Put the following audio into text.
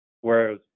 Whereas